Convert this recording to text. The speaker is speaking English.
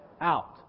out